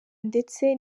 ndetse